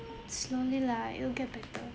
slowly lah it'll get better